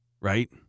right